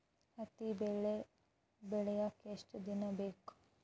ಹತ್ತಿ ಬೆಳಿ ಬೆಳಿಯಾಕ್ ಎಷ್ಟ ದಿನ ಬೇಕ್?